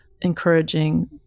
encouraging